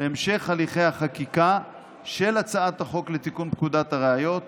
להמשך הליכי החקיקה של הצעת החוק לתיקון פקודת הראיות